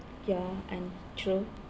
ya and true